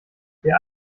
wer